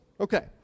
Okay